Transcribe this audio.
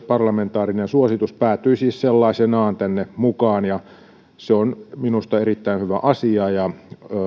parlamentaarinen suositus päätyi siis sellaisenaan tänne mukaan ja se on minusta erittäin hyvä asia ja